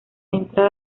entra